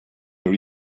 your